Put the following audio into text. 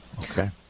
okay